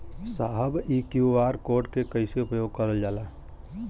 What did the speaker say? साहब इ QR code के कइसे उपयोग करल जाला?